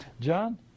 John